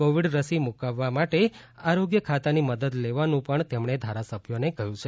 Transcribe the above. Covid રસી મૂકવવા માટે આરોગ્ય ખાતાની મદદ લેવાનું પણ તેમણે ધારાસભ્યોને કહ્યું છે